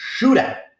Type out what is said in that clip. shootout